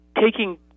taking